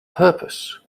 purpose